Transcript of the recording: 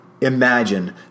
imagine